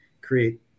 create